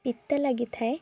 ପିତା ଲାଗିଥାଏ